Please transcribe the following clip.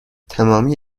تمامی